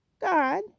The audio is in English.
God